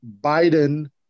Biden